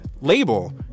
label